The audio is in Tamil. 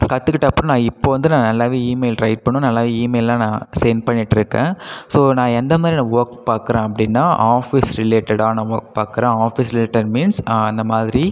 கற்றுக்கிட்ட அப்புறம் நான் இப்போ வந்து நான் நல்லாவே இமெயில் ரைட் பண்ணுவேன் நல்லாவே இமெயில்லாம் நான் சென்ட் பண்ணிகிட்டு இருக்கேன் ஸோ நான் எந்த மாதிரியான ஒர்க் பார்க்குறேன் அப்படினா ஆஃபீஸ் ரிலேட்டடான ஒர்க் பார்க்குறேன் ஆஃபீஸ் ரிலேட்டட் மீன்ஸ் அந்த மாதிரி